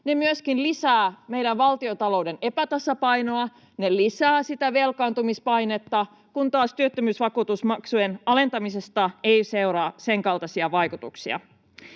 myöskin lisäävät meidän valtiontalouden epätasapainoa, ne lisäävät sitä velkaantumispainetta, kun taas työttömyysvakuutusmaksujen alentamisesta ei seuraa sen kaltaisia vaikutuksia.